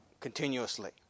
Continuously